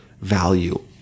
value